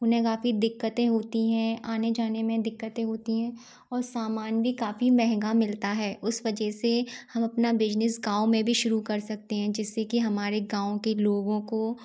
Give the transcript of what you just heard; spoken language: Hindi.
उन्हे काफ़ी दिक्कतें होती है आने जाने में दिक्कतें होती हैं और सामान भी काफ़ी महंगा मिलता है उस वजह से हम अपना बिजनेस गाँव मे भी शुरू कर सकते हैं जिससे कि हमारे गाँव के लोगों को